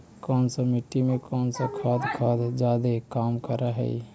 कौन सा मिट्टी मे कौन सा खाद खाद जादे काम कर हाइय?